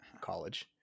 college